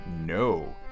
No